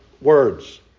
words